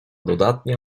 dodatnie